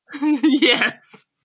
Yes